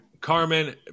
Carmen